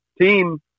team